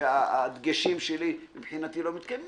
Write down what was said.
והדגשים שלי מבחינתי לא מתקיים,